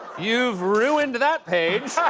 you've ruined that page.